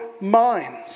minds